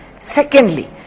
Secondly